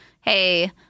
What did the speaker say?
hey